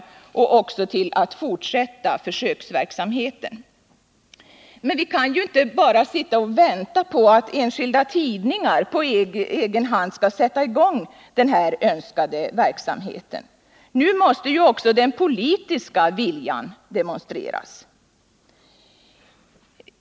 STU sägs också vara villig att fortsätta försöksverksamheten. Men vi kan inte bara sitta och vänta på att enskilda tidningar på egen hand skall sätta i gång denna önskade verksamhet. Nu måste också den politiska viljan demonstreras.